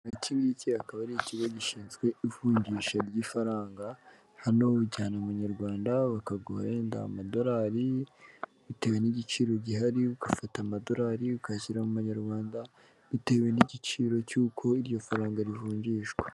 Iki ngiki akaba ari ikigo gishinzwe ivunjisha ry'ifaranga, hano ujyana amanyarwanda bakaguha wenda amadolari bitewe n'igiciro gihari, ugafata amadolari ukayashyira mu manyarwanda, bitewe n'igiciro cy'uko iryo faranga rivunjishwa.